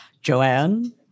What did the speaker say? Joanne